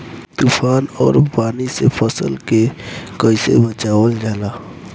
तुफान और पानी से फसल के कईसे बचावल जाला?